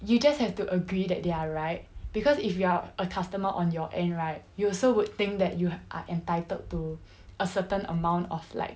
you just have to agree that they are right because if you are a customer on your end right you also would think that you are entitled to a certain amount of like